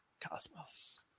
Cosmos